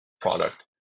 product